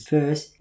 First